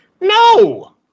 No